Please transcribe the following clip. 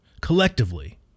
collectively